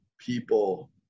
people